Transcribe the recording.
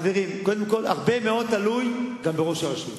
חברים, הרבה מאוד תלוי גם בראש הרשות.